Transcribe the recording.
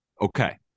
Okay